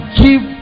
give